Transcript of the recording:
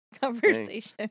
conversation